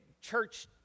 church